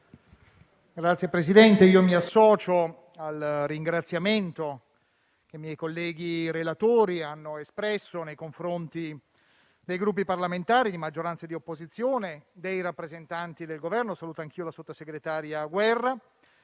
Signor Presidente, mi associo al ringraziamento che i miei colleghi relatori hanno espresso nei confronti dei Gruppi parlamentari di maggioranza e di opposizione e dei rappresentanti del Governo (saluto anch'io la sottosegretaria Guerra)